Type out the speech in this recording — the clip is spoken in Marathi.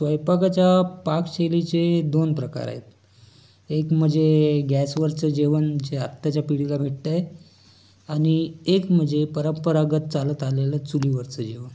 स्वैपाकाच्या पाकशैलीचे दोन प्रकार आहेत एक मजे गॅसवरचं जेवण जे आत्ताच्या पिढीला भेटत आहे आणि एक मजे परंपरागत चालत आलेलं चुलीवरचं जेवण